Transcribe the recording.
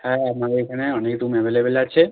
হ্যাঁ আমাদের এখানে অনেক রুম অ্যাভেলেবেল আছে